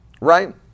right